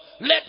Let